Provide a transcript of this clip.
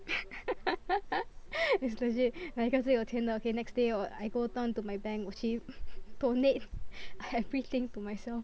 it's legit 哪一个最有钱的 okay next day I go down to my bank 我去 donate everything to myself